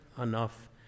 enough